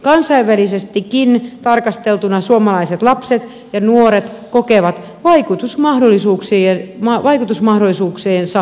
kansainvälisestikin tarkasteltuna suomalaiset lapset ja nuoret kokevat vaikutusmahdollisuutensa vähäisiksi